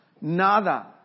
Nada